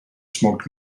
smoked